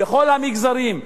בכל המגזרים,